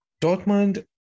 Dortmund